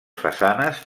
façanes